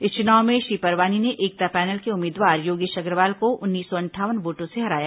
इस चुनाव में श्री परवानी ने एकता पैनल के उम्मीदवार योगेश अग्रवाल को उन्नीस सौ अंठावन वोटों से हराया